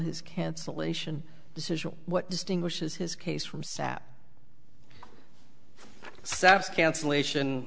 his cancellation decision what distinguishes his case from sat sabse cancellation